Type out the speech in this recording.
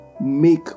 make